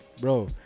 Bro